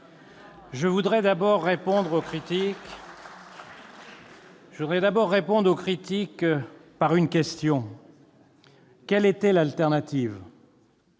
Je voudrais d'abord répondre aux critiques par une question : quelle était l'alternative ?